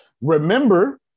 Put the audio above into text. Remember